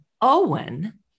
Owen